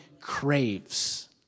craves